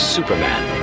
Superman